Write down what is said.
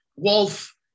Wolf